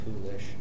foolish